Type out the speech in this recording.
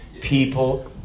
people